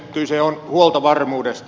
kyse on huoltovarmuudesta